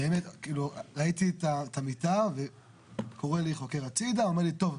כאילו ראיתי את המיטה וקורא לי חוקר הצידה ואומר לי "טוב,